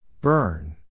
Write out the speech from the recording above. Burn